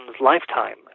lifetime